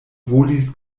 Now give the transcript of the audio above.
volis